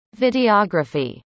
videography